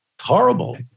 horrible